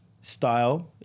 Style